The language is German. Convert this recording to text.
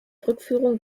rückführung